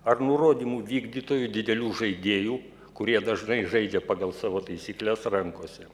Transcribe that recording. ar nurodymų vykdytoju didelių žaidėjų kurie dažnai žaidžia pagal savo taisykles rankose